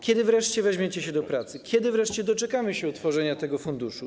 Kiedy wreszcie weźmiecie się do pracy, kiedy wreszcie doczekamy się otworzenia tego funduszu?